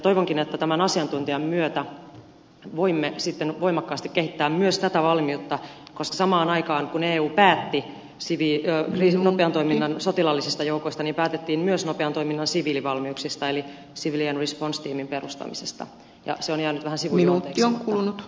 toivonkin että tämän asiantuntijan myötä voimme sitten voimakkaasti kehittää myös tätä valmiutta koska samaan aikaan kun eu päätti nopean toiminnan sotilaallisista joukoista päätettiin myös nopean toiminnan siviilivalmiuksista eli civilian response tiimin perustamisesta ja se on jäänyt vähän sivujuonteeksi